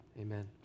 amen